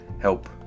help